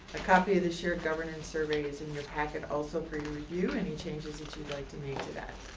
a copy of the shared governance survey is in your packet also for your review, any changes that you'd like to make to that.